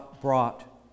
brought